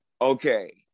okay